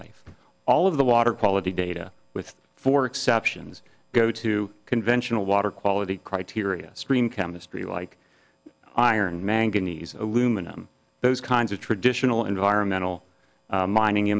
life all of the water quality data with four exceptions go to conventional water quality criteria screen chemistry like iron manganese aluminum those kinds of traditional environmental mining